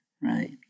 right